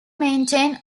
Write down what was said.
maintain